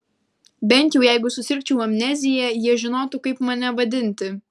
bent jau jeigu susirgčiau amnezija jie žinotų kaip mane vadinti